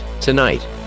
Tonight